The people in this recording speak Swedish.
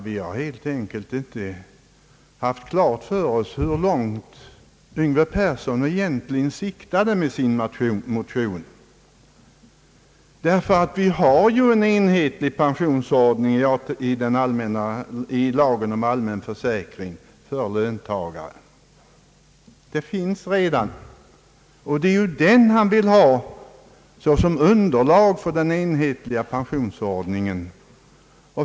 Vi har helt enkelt inte haft klart för oss hur långt herr Yngve Persson syftade med sin motion. Vi har en enhetlig pensionsordning i lagen om allmän försäkring för löntagare. En sådan lag finns alltså redan och det är den han vill ha såsom underlag för den enhetliga pensionsordningen.